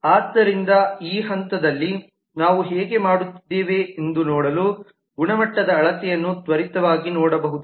ಆದ್ದರಿಂದ ಈ ಹಂತದಲ್ಲಿ ನಾವು ಹೇಗೆ ಮಾಡುತ್ತಿದ್ದೇವೆಂದು ನೋಡಲು ಗುಣಮಟ್ಟದ ಅಳತೆಯನ್ನು ತ್ವರಿತವಾಗಿ ನೋಡಬಹುದು